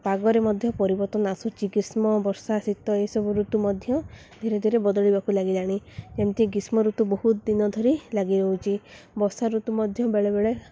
ପାଗରେ ମଧ୍ୟ ପରିବର୍ତ୍ତନ ଆସୁଛି ଗ୍ରୀଷ୍ମ ବର୍ଷା ଶୀତ ଏସବୁ ଋତୁ ମଧ୍ୟ ଧୀରେ ଧୀରେ ବଦଳିବାକୁ ଲାଗିଲାଣି ଯେମିତି ଗ୍ରୀଷ୍ମ ଋତୁ ବହୁତ ଦିନ ଧରି ଲାଗିଯାଉଛି ବର୍ଷା ଋତୁ ମଧ୍ୟ ବେଳେବେେଳେ